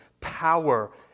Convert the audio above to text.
power